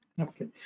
Okay